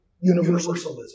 universalism